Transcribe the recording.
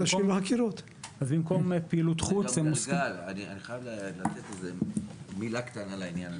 אני חייב להגיד מילה על העניין הזה,